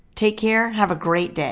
take care. have a great day!